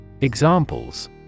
Examples